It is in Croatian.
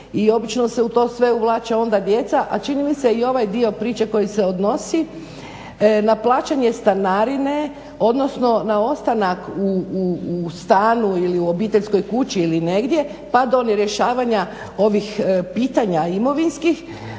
obično se u to sve uvlače onda djeca. A čini mi se i ovaj dio priče koji se odnosi na plaćanje stanarine, odnosno na ostanak u stanu ili u obiteljskoj kući ili negdje pa do nerješavanja ovih pitanja imovinskih.